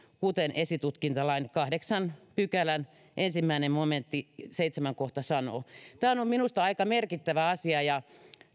kuten esitutkintalain kahdeksannen pykälän ensimmäisen momentin seitsemäs kohta sanoo tämä on minusta aika merkittävä asia ja